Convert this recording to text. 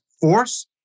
force